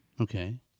Okay